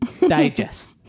Digest